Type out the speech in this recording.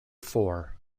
four